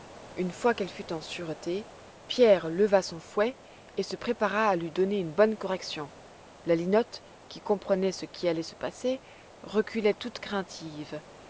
une fois qu'elle fut en sûreté pierre leva son fouet et se prépara à lui donner une bonne correction la linotte qui comprenait ce qui allait se passer reculait toute craintive